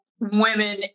women